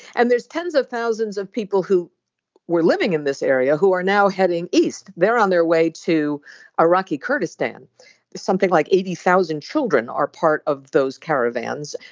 and there's tens of thousands of people who were living in this area who are now heading east. they're on their way to iraqi kurdistan something like eighty thousand children are part of those caravans.